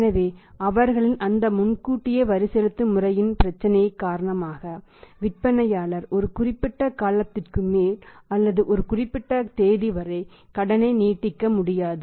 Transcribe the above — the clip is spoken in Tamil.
எனவே அவர்களின் அந்த முன்கூட்டியே வரி செலுத்தும் முறையின் பிரச்சினை காரணமாக விற்பனையாளர் ஒரு குறிப்பிட்ட காலத்திற்கு மேல் அல்லது ஒரு குறிப்பிட்ட தேதி வரை கடனை நீட்டிக்க முடியாது